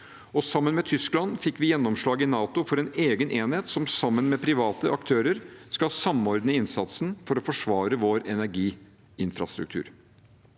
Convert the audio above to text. Sammen med Tyskland fikk vi gjennomslag i NATO for en egen enhet som sammen med private aktører skal samordne innsatsen for å forsvare vår energiinfrastruktur.